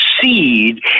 seed